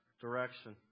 Direction